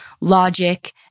logic